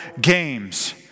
games